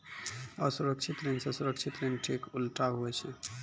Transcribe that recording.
असुरक्षित ऋण से सुरक्षित ऋण ठीक उल्टा हुवै छै